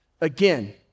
again